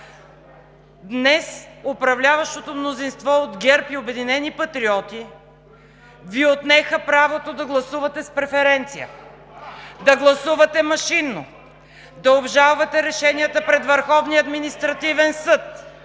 Днес управляващото мнозинство от ГЕРБ и „Обединени патриоти“ Ви отнеха правото да гласувате с преференция, да гласувате машинно, да обжалвате решенията пред Върховния административен съд